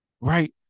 Right